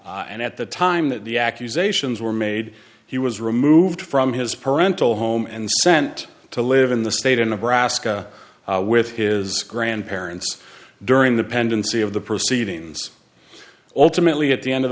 and at the time that the accusations were made he was removed from his parental home and sent to live in the state of nebraska with his grandparents during the pendency of the proceedings ultimately at the end of